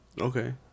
Okay